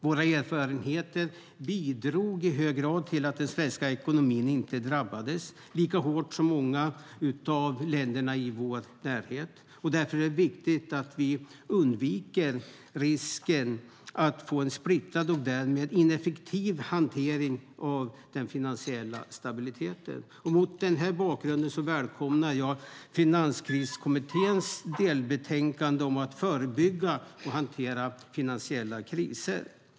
Våra erfarenheter bidrog i hög grad till att den svenska ekonomin inte drabbades lika hårt som många av länderna i vår närhet. Därför är det viktigt att vi undviker risken att få en splittrad och därmed ineffektiv hantering av den finansiella stabiliteten. Mot denna bakgrund välkomnar jag Finanskriskommitténs delbetänkande om att förebygga och hantera finansiella kriser.